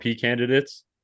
candidates